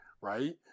Right